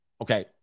Okay